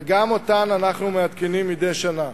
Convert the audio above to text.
וגם אותן אנחנו מעדכנים מדי שנה.